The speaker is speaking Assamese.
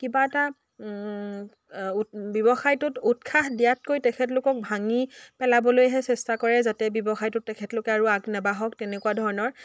কিবা এটা ব্যৱসায়টোত উৎসাহ দিয়াতকৈ তেখেতলোকক ভাঙি পেলাবলৈহে চেষ্টা কৰে যাতে ব্যৱসায়টোত তেখেতলোকে আৰু আগ নেবাঢ়ক তেনেকুৱা ধৰণৰ